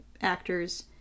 actors